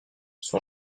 son